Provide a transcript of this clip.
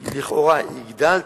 לכאורה, הגדלתי,